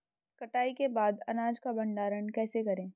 कटाई के बाद अनाज का भंडारण कैसे करें?